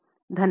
धन्यवाद